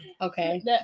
okay